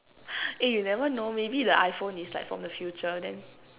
eh you never know maybe the iPhone is like from the future then